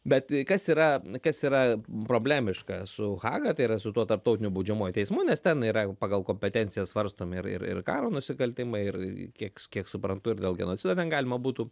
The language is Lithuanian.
bet kas yra kas yra problemiška su haga tai yra su tuo tarptautiniu baudžiamuoju teismu nes ten yra jau pagal kompetencijas svarstomi ir ir ir karo nusikaltimai ir kiek kiek suprantu ir dėl genocido ten galima būtų